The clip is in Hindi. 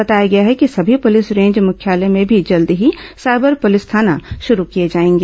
बताया गया है कि सभी पुलिस रेंज मुख्यालय में भी जल्द ही साइबर पुलिस थाना शुरू किए जाएंगे